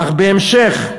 אך בהמשך,